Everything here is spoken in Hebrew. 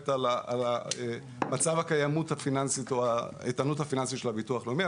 על מצב האיתנות הפיננסית של הביטוח הלאומי.